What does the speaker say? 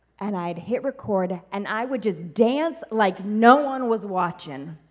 and i'd hit record and i would just dance like no one was watching.